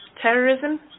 Terrorism